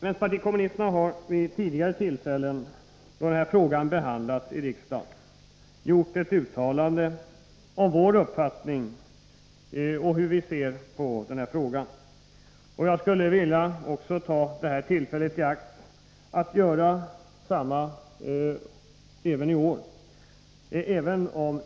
Vänsterpartiet kommunisterna har vid tidigare tillfällen då den här frågan behandlats i riksdagen gjort ett uttalande om vår uppfattning och om hur vi ser på den här frågan. Jag vill ta tillfället i akt att göra samma sak i år.